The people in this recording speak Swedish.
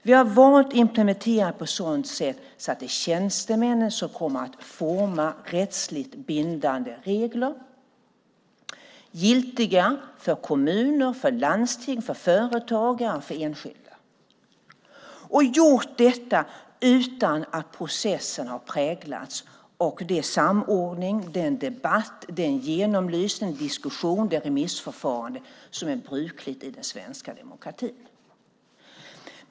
Vi har valt att implementera det på ett sådant sätt att det är tjänstemännen som kommer att forma rättsligt bindande regler, giltiga för kommuner, landsting, företagare och enskilda, och gjort detta utan att processen har präglats av samordning, debatt, genomlysning, diskussion och remissförfarande på det sätt som är brukligt i den svenska demokratin.